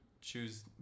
choose